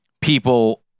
people